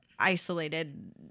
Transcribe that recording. isolated